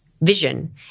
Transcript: vision